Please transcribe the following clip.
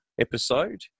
episode